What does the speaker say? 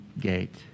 gate